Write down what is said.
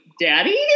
Daddy